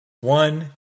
One